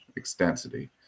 Extensity